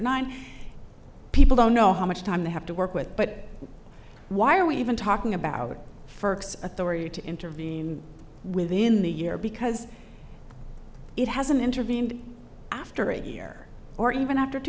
nine people don't know how much time they have to work with but why are we even talking about it for authority to intervene within the year because it hasn't intervened after a year or even after two